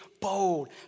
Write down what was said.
bold